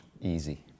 easy